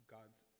God's